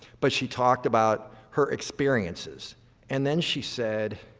but she talked about her experiences and then she said,